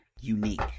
unique